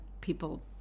people